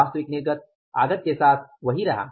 वास्तविक निर्गत आगत के साथ वही रहा